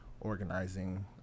organizing